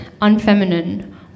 Unfeminine